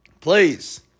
please